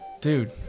dude